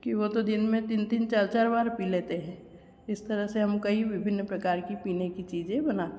की वह तो दिन में तीन तीन चार चार बार पी लेते हैं इस तरह से हम कई विभिन्न प्रकार की पीने की चीज़ें बनाते हैं